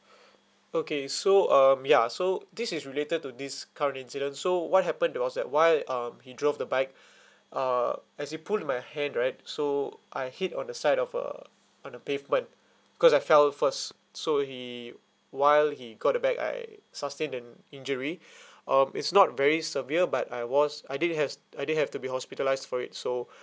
okay so um ya so this is related to this current incident so what happened it was that while um he drove the bike uh as he pulled my hand right so I hit on the side of uh on the pavement cause I fell first so he while he got the bag I sustained an injury um it's not very severe but I was I did has I did have to be hospitalised for it so